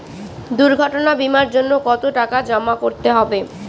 দুর্ঘটনা বিমার জন্য কত টাকা জমা করতে হবে?